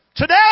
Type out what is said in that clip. Today